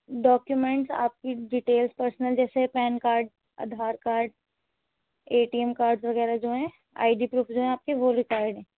document آپ کی details personal جیسے PAN card Aadhaar card A T M cards وغیرہ جو ہیں آئی ڈی پروف جو ہیں آپ کے وہ ریکوائرڈ ہیں